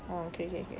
oh okay okay okay